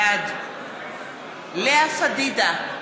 בעד לאה פדידה,